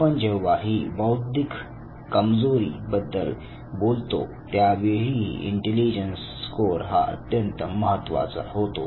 आपण जेव्हा ही बौद्धिक कमजोरी बद्दल बोलतो त्यावेळीही इंटेलिजन्स स्कोर हा अत्यंत महत्त्वाचा होतो